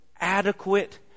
adequate